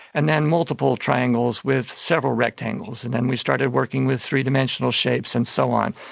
and then multiple triangles with several rectangles. and then we started working with three-dimensional shapes and so on.